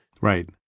Right